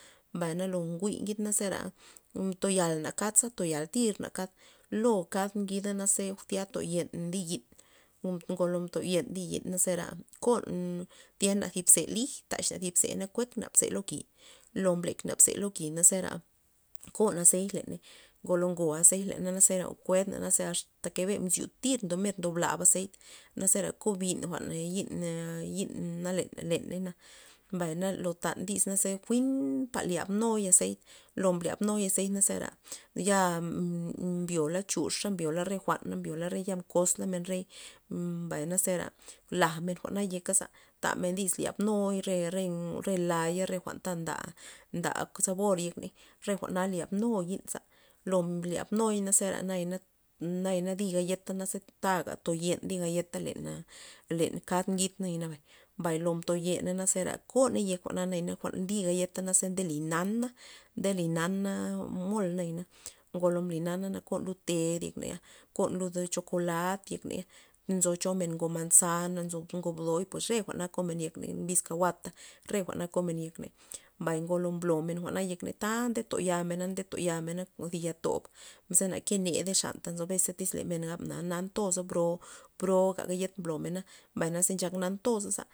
Mbay na lo nguy ngid zera nto yalna kald za toyal tirmen kald lo kald ngida ze tya toyemen di' yi'n, ngolo mtoyen di' yi'n zera kon tya na zi lij taxna thi zena kuek na bze lo ki', lo mblekna mze lo ki' zera kon azeit leney ngolo ngo azeit leney na zera kued men asta ke zera mxiu tira mer ndob blaba azeit na zera kubin len jwa'n yi'n na yi'n na le- leney na mbay na lo tan dis na jwi'npa lyab nuy azeit lo mblya nuy azeit zera ya mbyola chuxa mbyola re jwa'na mbyola re kozla men rey, mbay na zera laj men jwa'na yekaza ta men dis lyab nuy re- re re la'ya re jwa'nta nda- nda sabor yek ney re jwa'na lyab nuy yi'nza lo mblyab nuy na zera naya- naya na di' gayetana taga toyen di' galleta len len kald ngid naya na bay, mbay lo mto yeney za zera koney yek jwa'na di' gayeta ze ndely na'na ndely na'na mol nayana ngolo mbly na'na nera kon lud ted yekney kon lud echokolat yekney nzo cho men ngo manzana nzo cho ngo bdoy pues re jwa'na komen yekney mbiz caguata re jwa'na komen yekney mbay ngo mblo men jwa'na yekney len ta ndo to yamen nde to yamen kon zi ya'tob bzena ke nada len xan tak nzo beza men gab na'na toza bro- bro ga gayet mblomena mbay naze nchak nan toza.